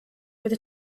with